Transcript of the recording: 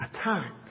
Attacked